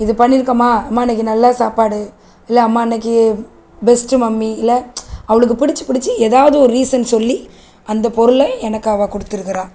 இது பண்ணிருக்கேன்ம்மா அம்மா இன்னைக்கு நல்ல சாப்பாடு இல்லை அம்மா இன்னைக்கு பெஸ்ட்டு மம்மி இல்லை அவளுக்கு பிடிச்சி பிடிச்சி எதாவது ஒரு ரீசன் சொல்லி அந்த பொருளை எனக்கு அவ கொடுத்துருக்குறா